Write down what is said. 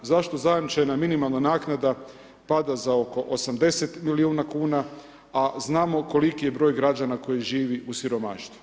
Zašto zajamčena minimalna naknada pada za oko 80 milijuna kuna a znamo koliki je broj građana koji živi u siromaštvu.